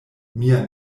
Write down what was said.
mia